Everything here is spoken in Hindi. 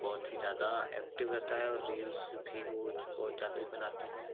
बहुत ही ज़्यादा ऐक्टिव रहता है और रील्स भी वह बहुत ज़्यादा ही बनाते हैं